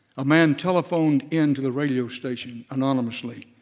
a man telephoned in to the radio station, anonymously,